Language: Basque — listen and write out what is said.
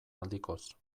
aldikoz